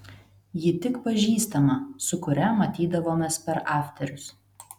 ji tik pažįstama su kuria matydavomės per afterius